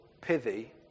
pithy